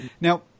Now